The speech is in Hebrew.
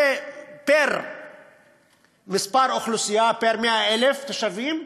לפי המספר באוכלוסייה, פר-100,000 תושבים,